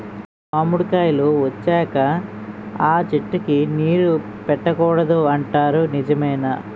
మామిడికాయలు వచ్చాక అ చెట్టుకి నీరు పెట్టకూడదు అంటారు నిజమేనా?